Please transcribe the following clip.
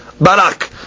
Barak